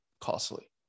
costly